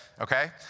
okay